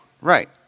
right